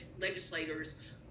legislators